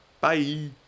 Bye